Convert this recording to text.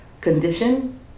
condition